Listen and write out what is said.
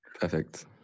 Perfect